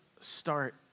start